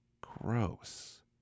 Gross